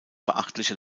beachtliche